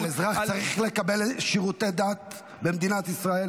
אבל אזרח צריך לקבל שירותי דת במדינת ישראל?